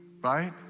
right